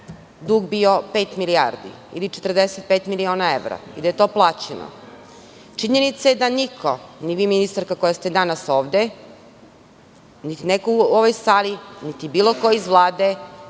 dug bio pet milijardi ili 45 miliona evra i da je to plaćeno. Činjenica je da niko, ni vi ministarka koja ste danas ovde, ni neko u ovoj sali, ni bilo ko iz Vlade